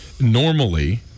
Normally